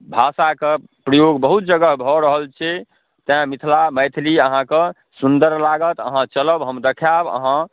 भाषाके प्रयोग बहुत जगह भऽ रहल छै तेँ मिथिला मैथिली अहाँके सुन्दर लागत अहाँ चलब हम देखाएब अहाँ